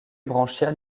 branchial